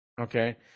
okay